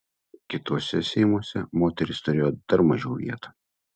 kituose seimuose moterys turėjo dar mažiau vietų